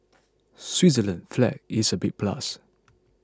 Switzerland's flag is a big plus